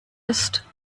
ist